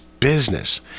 business